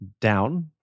down